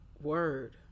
Word